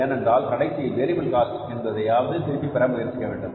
ஏனென்றால் கடைசியில் variable cost என்பதையாவது திரும்ப பெற முயற்சிக்க வேண்டும்